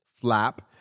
flap